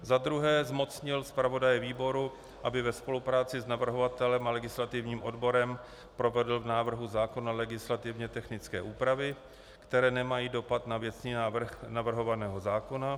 Za druhé zmocnil zpravodaje výboru, aby ve spolupráci s navrhovatelem a legislativním odborem provedl v návrhu zákona legislativně technické úpravy, které nemají dopad na věcný návrh navrhovaného zákona.